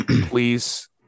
please